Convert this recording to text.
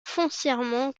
foncièrement